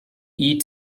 eat